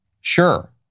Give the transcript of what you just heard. sure